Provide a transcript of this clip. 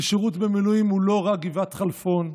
כי שירות במילואים הוא לא רק "גבעת חלפון",